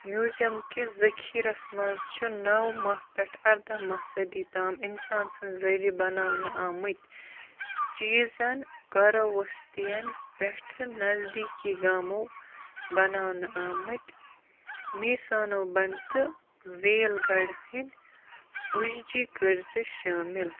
museum کِس زخیٖرَس منٛز چھُ نو ماہ پٮ۪ٹھ ارداہ ماہ صدی تام اِنسان سٕنٛز ذریعہ بناونہٕ آمٕتۍ چیٖزَن کَرَو ؤستِیَن پٮ۪ٹھٕ نزدیٖکی گامو بناونہٕ آمٕتۍ میٖسانو بَن تہٕ ویل گاڑِ ہٕنٛدۍ اُجری کٔرۍ زِ شٲمِل